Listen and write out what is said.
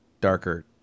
darker